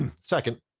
Second